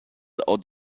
ord